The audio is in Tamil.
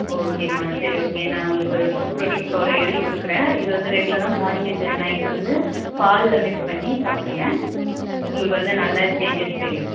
ஓகேம்மா சரி ஓகே நான் உங்களுக்கு ஒரு ப்ரோட்டீன் பவுட்ரு எழுதிக் கொடுக்குறேன் இதை வந்து ரெகுலராக மார்னிங் அண்டு நைட் வந்து பாலில் மிக்ஸ் பண்ணி சாப்பிடுங்க உங்களுக்கு வந்து நல்லா சேஞ்சஸ் தெரியும்